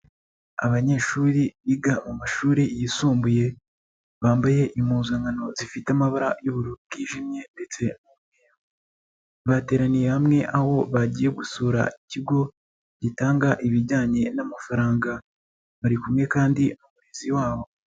Abanyeshuri biga mu mashuri yisumbuye bambaye impuzankano zifite amabara y'ubururu bwijimye ndetse bateraniye hamwe aho bagiye gusura ikigo gitanga ibijyanye n'amafaranga bari kumwe kandi n'umurezi wabo.